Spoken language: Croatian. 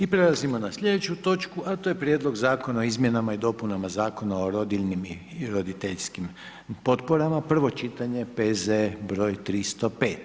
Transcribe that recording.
I prelazimo na slijedeću točku, a to je: - Prijedlog Zakona o izmjenama i dopunama Zakona o rodiljnim i roditeljskim potporama, prvo čitanje, P.Z. broj 305.